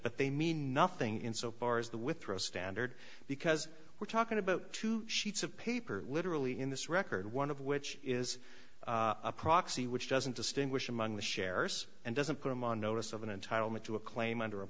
but they mean nothing in so far as the withrow standard because we're talking about two sheets of paper literally in this record one of which is a proxy which doesn't distinguish among the shares and doesn't put them on notice of an entitlement to a claim under a